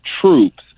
troops